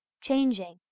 changing